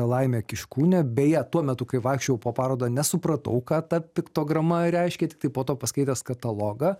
laimė kiškūnė beje tuo metu kai vaikščiojau po parodą nesupratau ką ta piktograma reiškia tiktai po to paskaitęs katalogą